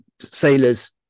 sailors